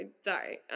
sorry